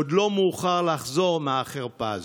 עוד לא מאוחר לחזור מהחרפה הזאת.